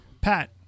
Pat